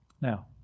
Now